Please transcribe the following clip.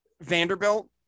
Vanderbilt